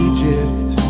Egypt